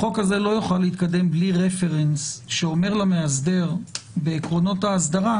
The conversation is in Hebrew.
החוק הזה לא יוכל להתקדם בלי רפרנס שאומר למאסדר בעקרונות האסדרה: